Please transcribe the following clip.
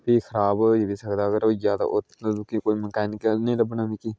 एह् खराब होई नी सकदा अगर होई गेआ ते कोई मकैनिक नी लब्भना मिकी